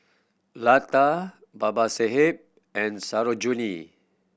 Lata Babasaheb and Sarojini